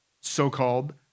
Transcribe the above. so-called